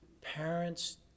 Parents